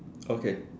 okay